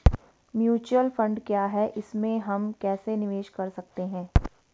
Mutual fund क्या है इसमें हम कैसे निवेश कर सकते हैं?